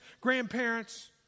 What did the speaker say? grandparents